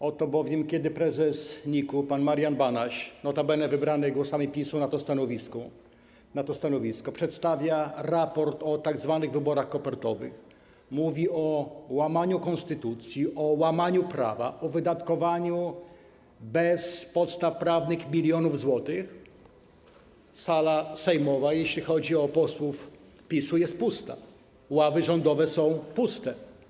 Oto bowiem kiedy prezes NIK-u pan Marian Banaś, notabene wybrany głosami PiS-u na to stanowisko, przedstawia raport o tzw. wyborach kopertowych, mówi o łamaniu konstytucji, o łamaniu prawa, o wydatkowaniu bez podstaw prawnych milionów złotych, sala sejmowa, jeśli chodzi o posłów PiS-u, jest pusta, ławy rządowe są puste.